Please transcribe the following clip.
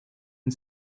and